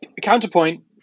counterpoint